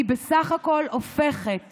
היא בסך הכול הופכת